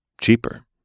cheaper